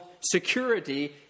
security